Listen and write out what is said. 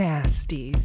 Nasty